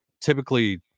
typically